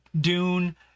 Dune